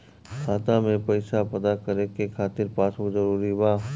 खाता में पईसा पता करे के खातिर पासबुक जरूरी बा?